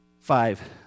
Five